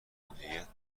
مدیریت